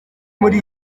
muri